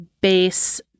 base